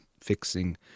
fixing